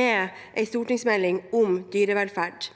med en stortingsmelding om dyrevelferd.